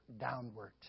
downward